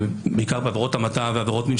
בעיקר בעבירות המתה ועבירות מין,